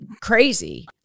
crazy